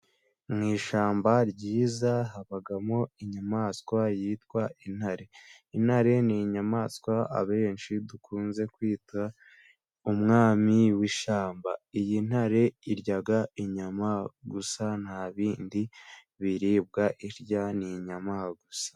Mu ishyamba ryiza habamo inyamaswa yitwa intare, intare ni inyamaswa abenshi dukunze kwita umwami w'ishyamba. Iyi ntare irya inyama gusa, nta bindi biribwa irya ni inyama gusa.